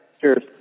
Cheers